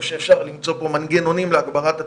שאפשר למצוא פה מנגנונים להגברת התחרות,